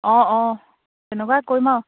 অঁ অঁ তেনেকুৱা কৰিম আৰু